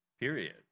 Period